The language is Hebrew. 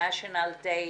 הבינלאומי